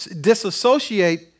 disassociate